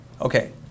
Okay